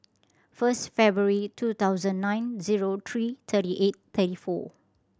first February two thousand nine zero three thirty eight thirty four